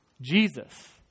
Jesus